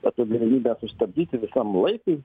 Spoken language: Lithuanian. apie galimybę sustabdyti visam laikui